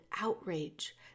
outrage